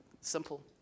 Simple